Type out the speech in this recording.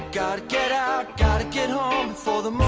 gotta get out. gotta get home before the